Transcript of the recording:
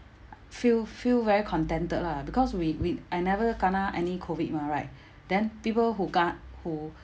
feel feel very contented lah because we we I never kena any COVID mah right then people who ke~ who